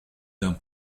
d’un